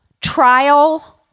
trial